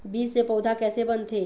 बीज से पौधा कैसे बनथे?